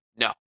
No